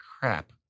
crap